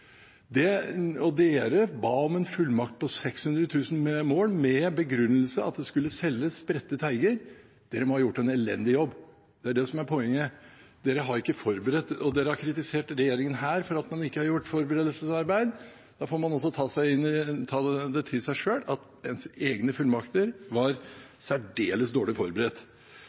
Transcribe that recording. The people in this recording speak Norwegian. Dere ba om en fullmakt på 600 000 mål med den begrunnelse at det skulle selges spredte teiger. Dere må ha gjort en elendig jobb. Det er det som er poenget. Dere har ikke forberedt – og så kritiserer dere denne regjeringen for at den ikke har gjort forberedelsesarbeid! Da må man også ta til seg at ens egne fullmakter var særdeles dårlig forberedt. Så til